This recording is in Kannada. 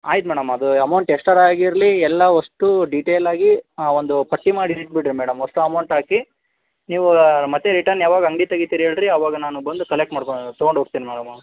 ಆಯ್ತು ಮೇಡಮ್ ಅದು ಅಮೌಂಟ್ ಎಷ್ಟಾರು ಆಗಿರಲಿ ಎಲ್ಲಾ ವಸ್ತು ಡಿಟೇಲ್ ಆಗಿ ಒಂದು ಪಟ್ಟಿ ಮಾಡಿ ಇಟ್ಟುಬಿಡಿ ಮೇಡಮ್ ಅಷ್ಟು ಅಮೌಂಟ್ ಹಾಕಿ ನೀವು ಮತ್ತೆ ರಿಟರ್ನ್ ಯಾವಾಗ ಅಂಗಡಿ ತೆಗಿತೀರ ಹೇಳ್ರಿ ಅವಾಗ ನಾನು ಬಂದು ಕಲೆಕ್ಟ್ ಮಾಡ್ಕೊ ತಗೊಂಡು ಹೋಗ್ತಿನಿ ಮೇಡಮ್